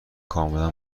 کاملا